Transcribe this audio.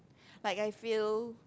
like I feel